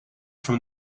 from